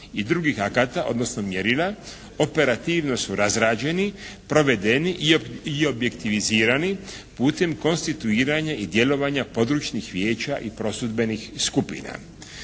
i drugih akata, odnosno mjerila operativno su razrađeni, provedeni i objektivizirani putem konstituiranja i djelovanja područnih vijeća i prosudbenih skupina.